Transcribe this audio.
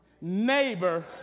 neighbor